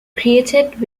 created